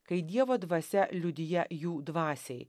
kai dievo dvasia liudija jų dvasiai